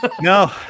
No